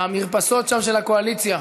המרפסות שם של הקואליציה,